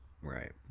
Right